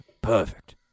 Perfect